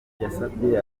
yasavye